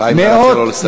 חיים, תאפשר לו לסיים.